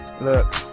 Look